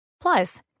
Plus